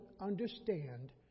understand